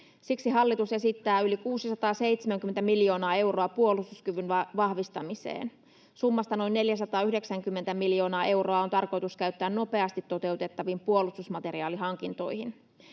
Siksi hallitus esittää yli 670 miljoonaa euroa puolustuskyvyn vahvistamiseen. Summasta noin 490 miljoonaa euroa on tarkoitus käyttää nopeasti toteutettaviin puolustusmateriaalihankintoihin.